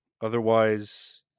otherwise